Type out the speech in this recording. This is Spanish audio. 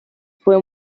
fue